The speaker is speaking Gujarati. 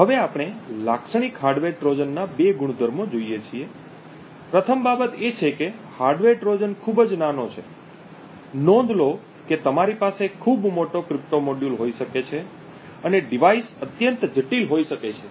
હવે આપણે લાક્ષણિક હાર્ડવેર ટ્રોજનના બે ગુણધર્મો જોઈએ છીએ પ્રથમ બાબત એ છે કે હાર્ડવેર ટ્રોજન ખૂબ જ નાનો છે નોંધ લો કે તમારી પાસે ખૂબ મોટો ક્રિપ્ટો મોડ્યુલ હોઈ શકે છે અને ડિવાઇસ અત્યંત જટિલ હોઈ શકે છે